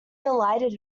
delighted